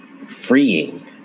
freeing